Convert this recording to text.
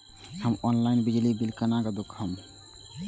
हम ऑनलाईन बिजली बील केना दूखमब?